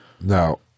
Now